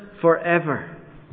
forever